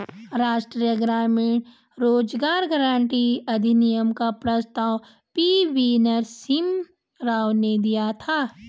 राष्ट्रीय ग्रामीण रोजगार गारंटी अधिनियम का प्रस्ताव पी.वी नरसिम्हा राव ने दिया था